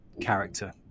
character